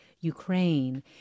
Ukraine